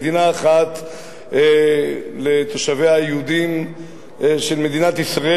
מדינה אחת לתושביה היהודים של מדינת ישראל